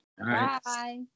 bye